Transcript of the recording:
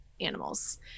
animals